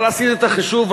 אבל עשיתי את החישוב,